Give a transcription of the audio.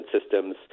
systems